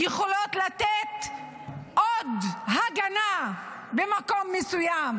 יכולות לתת עוד הגנה במקום מסוים?